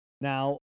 Now